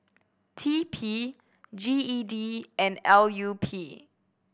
T P G E D and L U P